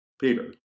Peter